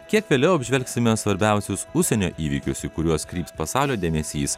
kiek vėliau apžvelgsime svarbiausius užsienio įvykius į kuriuos kryps pasaulio dėmesys